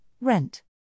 rent